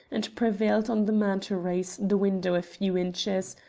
and prevailed on the man to raise the window a few inches,